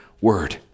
word